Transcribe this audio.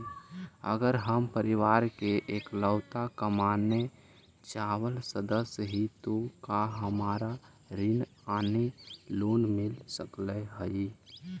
अगर हम परिवार के इकलौता कमाने चावल सदस्य ही तो का हमरा ऋण यानी लोन मिल सक हई?